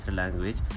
language